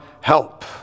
help